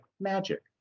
magic